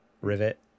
Rivet